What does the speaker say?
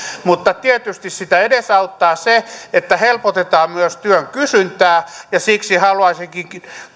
mutta tietysti sitä edesauttaa se että helpotetaan myös työn kysyntää siksi haluaisinkin